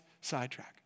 sidetrack